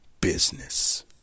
business